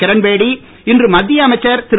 கிரண்பேடி இன்று மத்திய அமைச்சர் திரு